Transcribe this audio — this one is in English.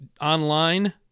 online